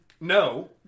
No